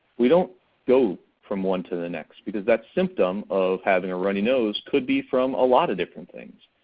we don't go from one to the next because that symptom of having a runny nose could be from a lot of different things.